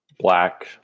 Black